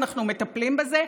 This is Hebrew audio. אנחנו מטפלים בזה,